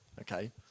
okay